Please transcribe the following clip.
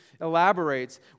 elaborates